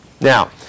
Now